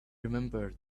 remembered